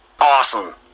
Awesome